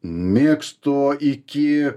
mėgstu iki